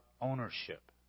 ownership